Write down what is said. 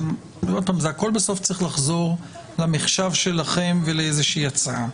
הכול בסוף צריך לחזור למחשב שלכם ולהצעה,